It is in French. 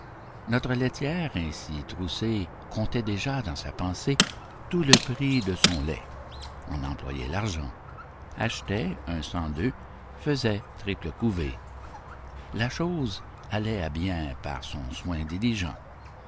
notre laitière ainsi troussée comptait déjà dans sa pensée tout le prix de son lait en employait l'argent achetait un cent d'œufs faisait triple couvée la chose allait à bien par son soin diligent